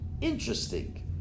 Interesting